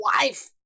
wife